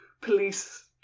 police